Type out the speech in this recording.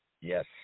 Yes